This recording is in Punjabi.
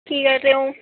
ਕੀ ਕਰ ਰਹੇ ਹੋ